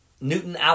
Newton